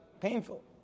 painful